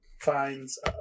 finds